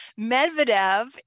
Medvedev